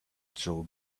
job